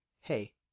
hey